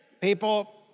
People